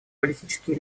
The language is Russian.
политические